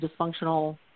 dysfunctional